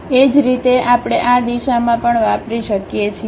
એ જ રીતે આપણે આ દિશામાં પણ વાપરી શકીએ છીએ